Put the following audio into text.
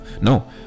No